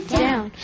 down